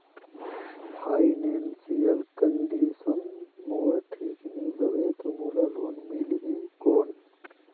Financial condition मोर ठीक नी हवे तो मोला लोन मिल ही कौन??